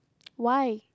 why